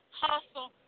hustle